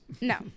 No